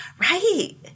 Right